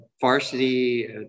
varsity